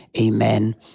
amen